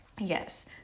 yes